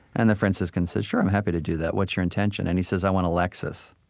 and the franciscan says, sure. i'm happy to do that. what's your intention? and he says, i want a lexus.